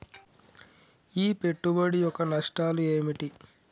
ఈ పెట్టుబడి యొక్క నష్టాలు ఏమిటి?